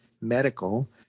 medical